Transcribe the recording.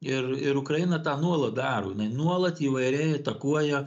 ir ir ukraina tą nuolat daro jinai nuolat įvairiai atakuoja